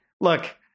look